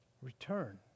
Return